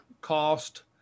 cost